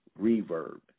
reverb